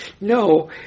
no